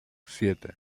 siete